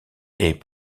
est